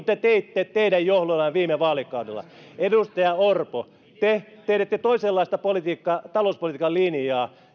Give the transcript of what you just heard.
te teitte teidän johdollanne viime vaalikaudella edustaja orpo te teette toisenlaista talouspolitiikan linjaa